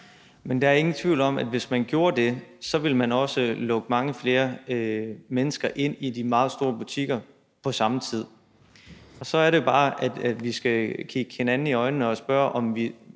Men der er ingen tvivl om, at hvis man gjorde det, ville man også lukke mange flere mennesker ind i de meget store butikker på samme tid, og så er det jo bare, at vi skal kigge hinanden i øjnene og spørge,